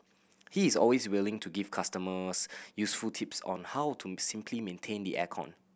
he is always willing to give customers useful tips on how to simply maintain the air con